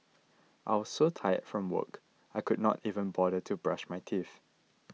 I was so tired from work I could not even bother to brush my teeth